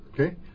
Okay